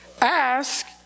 Ask